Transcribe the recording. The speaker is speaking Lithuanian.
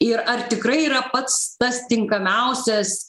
ir ar tikrai yra pats tas tinkamiausias